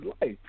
life